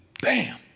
bam